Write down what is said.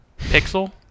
Pixel